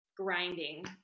grinding